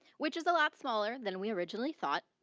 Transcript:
which is a lot smaller than we originally thought,